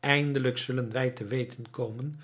eindelijk zullen wij te weten komen